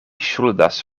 ŝuldas